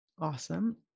Awesome